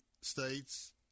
states